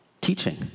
teaching